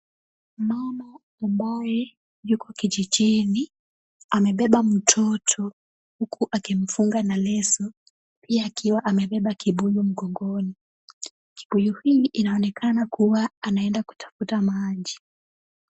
Mama ambaye yuko kijijini amebeba mtoto huku akimfunga na leso, yeye akiwa amebeba kibuyu mgongoni. Kibuyu hii inaonekana kuwa anaenda kutafuta maji.